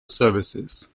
services